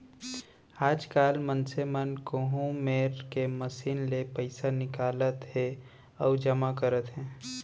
आजकाल मनसे मन कोहूँ मेर के मसीन ले पइसा निकालत हें अउ जमा करत हें